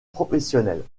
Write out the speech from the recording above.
professionnelle